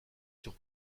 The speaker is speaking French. sur